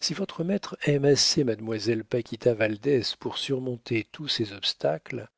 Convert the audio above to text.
si votre maître aime assez mademoiselle paquita valdès pour surmonter tous ces obstacles